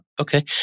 Okay